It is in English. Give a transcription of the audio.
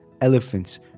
elephants